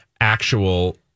actual